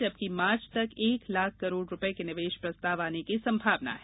जबकि मार्च तक एक लाख करोड़ रूपये के निवेश प्रस्ताव आने की संभावना है